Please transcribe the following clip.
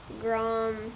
Grom